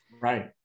Right